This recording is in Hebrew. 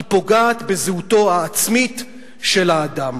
היא פוגעת בזהותו העצמית של האדם".